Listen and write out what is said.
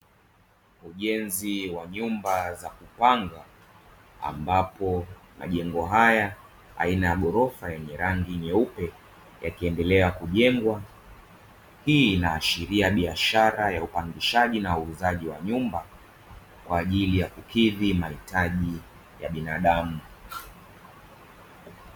Ujenzi wa nyumba za kupanga ambapo majengo haya aina ya ghorofa, yenye rangi nyeupe yakiendelea kujengwa. Hii inaashiria biashara ya upangishaji na uuzaji wa nyumba kwa ajili ya kukidhi mahitaji ya binadamu.